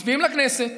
מצביעים לכנסת,